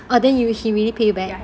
oh then he really pay you back